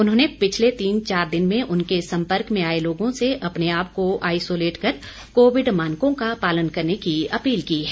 उन्होंने पिछले तीन चार दिन में उनके सम्पर्क में आए लोगों से अपने आप को आइसोलेट कर कोविड मानकों का पालन करने की अपील की है